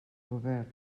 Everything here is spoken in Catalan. govern